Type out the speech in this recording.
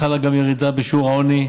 חלה גם ירידה בשיעור העוני,